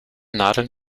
nadel